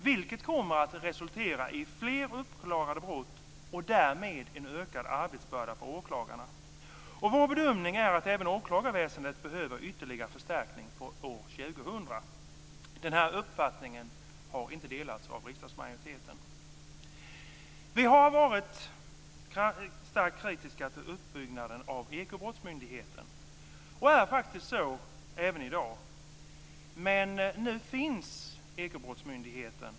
Det kommer att resultera i fler uppklarade brott och därmed en ökad arbetsbörda på åklagarna. Vår bedömning är att även åklagarväsendet behöver ytterligare förstärkning för år 2000. Den uppfattningen har inte delats av riksdagsmajoriteten. Vi har varit starkt kritiska till uppbyggnaden av Ekobrottsmyndigheten, och vi är det även i dag. Men, nu finns Ekobrottsmyndigheten.